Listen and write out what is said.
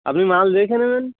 আপনি মাল রেখে দেবেন